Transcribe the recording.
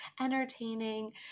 entertaining